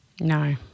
No